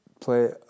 play